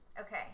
okay